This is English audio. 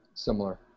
Similar